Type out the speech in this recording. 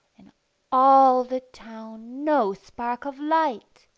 in all the town no spark of light.